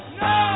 no